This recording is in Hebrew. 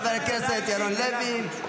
חבר הכנסת ירון לוי,